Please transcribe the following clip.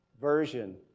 version